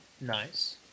Nice